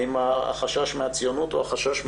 האם החשש מהציונות או החשש מהמין.